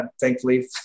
thankfully